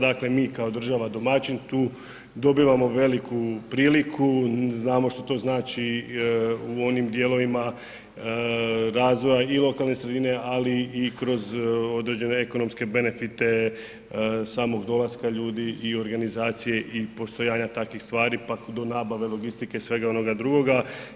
Dakle mi kao država domaćin tu dobivamo veliku priliku, znamo što to znači u onim dijelovima razvoja i lokalne sredine ali i kroz određene ekonomske benefite samog dolaska ljudi i organizacije i postojanja takvih stvari pa do nabave, logistike, svega onoga drugoga.